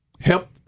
help